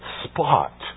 spot